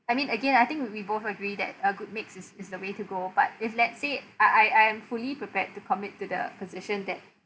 I mean again I think we both agree that a good mix is is the way to go but if let's say I I I am fully prepared to commit to the position that